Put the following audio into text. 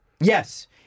Yes